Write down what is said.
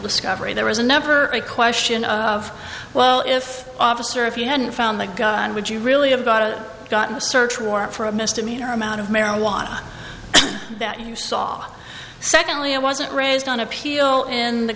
discovery there was never a question of well if officer if you hadn't found the gun would you really have got a gotten a search warrant for a misdemeanor amount of marijuana that you saw secondly it wasn't raised on appeal in the